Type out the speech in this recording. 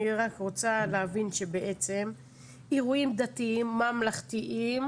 אני רק רוצה להבין שאירועים דתיים ממלכתיים,